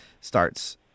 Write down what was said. starts